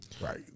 Right